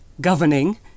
governing